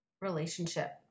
relationship